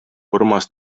urmas